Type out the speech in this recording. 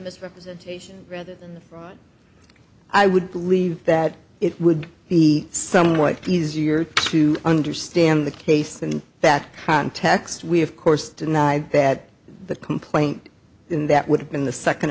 misrepresentation rather than i would believe that it would be somewhat easier to understand the case in that context we have course denied that the complaint in that would have been the second